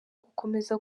gukomeza